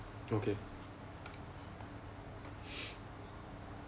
okay